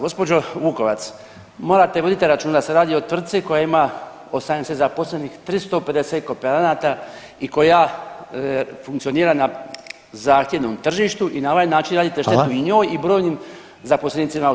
Gospođo Vukovac morate voditi računa da se radi o tvrtci koja ima 80 zaposlenih, 350 kooperanata i koja funkcionira na zahtjevnom tržištu i na ovaj način radite štetu i njoj i brojnim zaposlenicima u toj tvrtci.